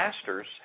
pastors